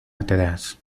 atrás